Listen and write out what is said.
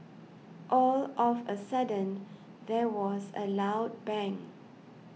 all of a sudden there was a loud bang